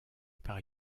par